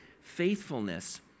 faithfulness